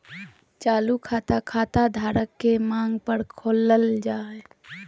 चालू खाता, खाता धारक के मांग पर खोलल जा हय